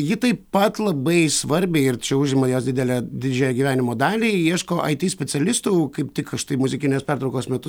ji taip pat labai svarbiai ir čia užima jos didelę didžiąją gyvenimo dalį ieško it specialistų kaip tik štai muzikinės pertraukos metu